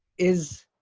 is